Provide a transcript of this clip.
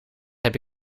heb